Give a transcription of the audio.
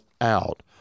out